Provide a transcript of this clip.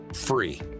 free